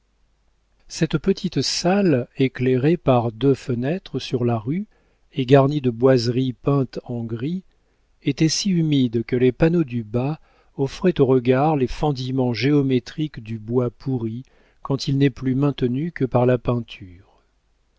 cette petite salle éclairée par deux fenêtres sur la rue et garnie de boiseries peintes en gris était si humide que les panneaux du bas offraient aux regards les fendillements géométriques du bois pourri quand il n'est plus maintenu que par la peinture